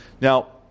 Now